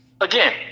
Again